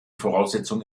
voraussetzung